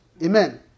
Amen